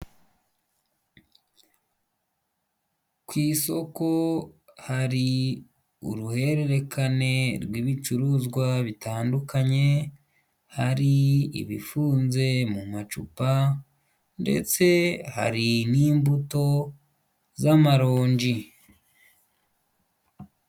Ku isoko hari uruhererekane rw'ibicuruzwa bitandukanye, hari ibifunze mu macupa ndetse hari n'imbuto z'amaronji.